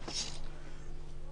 אבל הדיון על מח"ש.